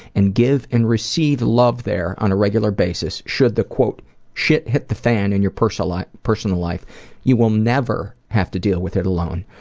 and give and receive love there on a regular basis, should the shit hit the fan in your personal like personal life, you will never have to deal with it alone.